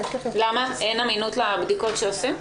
אין אמינות לבדיקות שעושים?